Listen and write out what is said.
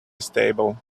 stable